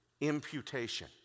Imputation